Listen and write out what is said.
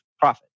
profit